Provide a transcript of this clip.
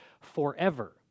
forever